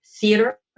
theater